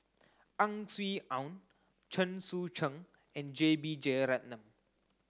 Ang Swee Aun Chen Sucheng and J B Jeyaretnam